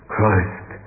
Christ